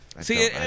See